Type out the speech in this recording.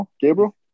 Gabriel